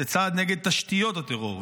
זה צעד נגד תשתיות הטרור,